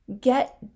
Get